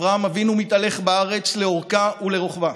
אברהם אבינו מתהלך בארץ לאורכה ולרוחבה,